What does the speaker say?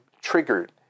triggered